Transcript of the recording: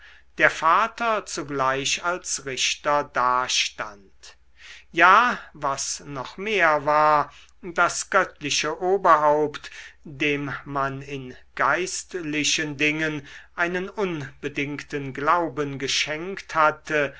der vater zugleich als richter dastand ja was noch mehr war das göttliche oberhaupt dem man in geistlichen dingen einen unbedingten glauben geschenkt hatte